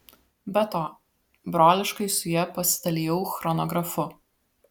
be to broliškai su ja pasidalijau chronografu